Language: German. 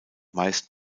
meist